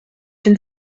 den